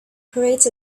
creates